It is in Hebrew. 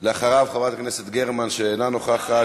אחריו, חברת הכנסת גרמן, שאינה נוכחת.